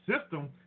system